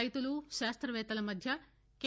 రైతులు శాస్త్రవేత్తల మధ్య కె